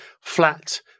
flat